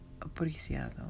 apreciado